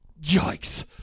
yikes